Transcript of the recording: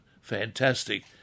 fantastic